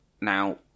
Now